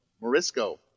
Morisco